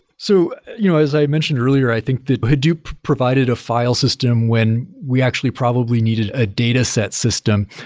so you know as i mentioned earlier, i think that hadoop provided a file system when we actually probably needed a dataset system.